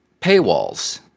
paywalls